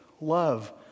love